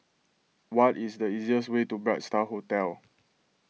what is the easiest way to Bright Star Hotel